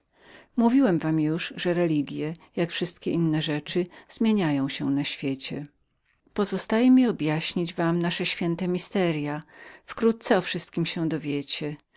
mówiłem wam już że religie jak wszystkie inne rzeczy zmieniają się na świecie pozostaje mi objaśnić wam nasze święte tajemnice wkrótce o wszystkiem się